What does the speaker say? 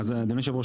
אז אדוני היושב ראש,